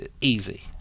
Easy